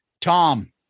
Tom